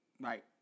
Right